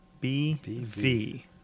B-V